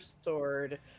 sword